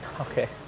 Okay